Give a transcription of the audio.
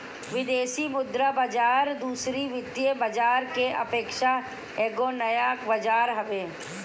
विदेशी मुद्रा बाजार दूसरी वित्तीय बाजार के अपेक्षा एगो नया बाजार हवे